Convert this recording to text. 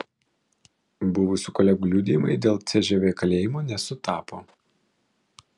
buvusių kolegų liudijimai dėl cžv kalėjimo nesutapo